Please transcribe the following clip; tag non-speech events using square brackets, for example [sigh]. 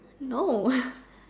no [breath]